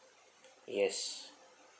yes